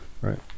Right